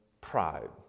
pride